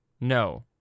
No